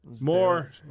More